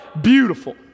beautiful